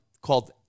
Called